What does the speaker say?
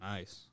Nice